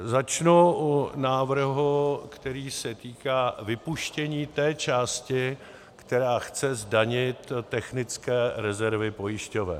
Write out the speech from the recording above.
Začnu u návrhu, který se týká vypuštění té části, která chce zdanit technické rezervy pojišťoven.